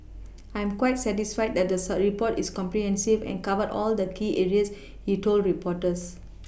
I'm quite satisfied that the report is comprehensive and covered all the key areas he told reporters